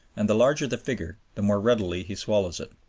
and the larger the figure the more readily he swallows it.